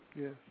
Yes